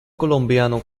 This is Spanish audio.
colombiano